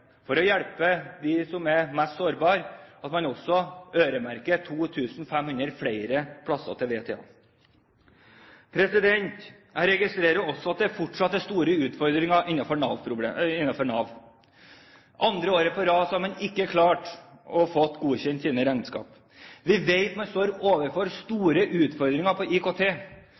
for å hjelpe dem som er mest sårbare, også øremerker 2 500 flere plasser til VTA. Jeg registrerer også at det fortsatt er store utfordringer innenfor Nav. For andre året på rad har man ikke klart å få godkjent sine regnskap. Vi vet at man står overfor store utfordringer på IKT.